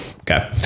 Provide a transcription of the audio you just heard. Okay